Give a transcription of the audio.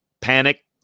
panic